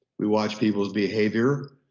we watch people's behavior.